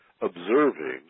observing